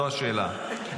זו השאלה, בניסוח אחר.